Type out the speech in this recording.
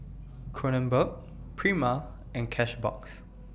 Kronenbourg Prima and Cashbox